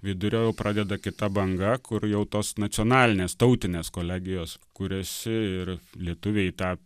vidurio jau pradeda kita banga kur jau tos nacionalinės tautinės kolegijos kuriasi ir lietuviai į tą